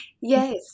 yes